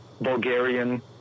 Bulgarian